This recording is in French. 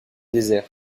désert